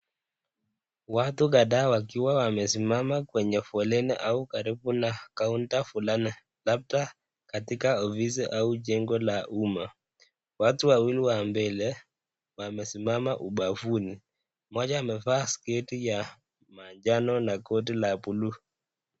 Watu kadhaa wakiwa wamesimama kwenye foleni au karibu na kaunta fulani, labda katika ofisi au jengo la umma. Watu wawili wa mbele wamesimama ubavuni. Mmoja amevaa sketi ya manjano na koti la blue .